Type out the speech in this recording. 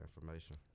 information